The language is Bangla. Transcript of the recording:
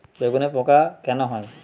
বেগুনে পোকা কেন হয়?